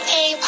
Hey